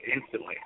instantly